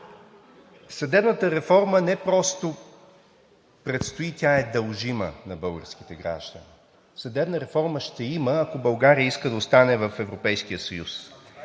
Съдебната реформа не просто предстои, тя е дължима на българските граждани. Съдебна реформа ще има, ако България иска да остане в Европейския съюз.